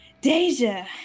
Deja